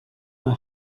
know